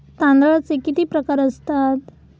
तांदळाचे किती प्रकार असतात?